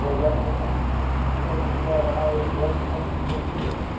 you know that means ten to twelve hours less pumping per year.